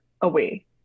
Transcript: away